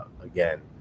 again